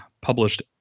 published